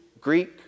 Greek